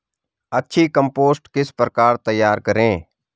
अच्छी कम्पोस्ट किस प्रकार तैयार करें?